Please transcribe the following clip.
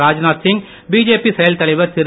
Rajnath Singh BJP செயல்தலைவர்திரு